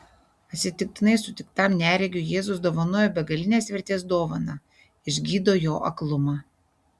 atsitiktinai sutiktam neregiui jėzus dovanoja begalinės vertės dovaną išgydo jo aklumą